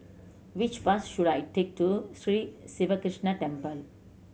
which bus should I take to Sri Siva Krishna Temple